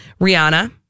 Rihanna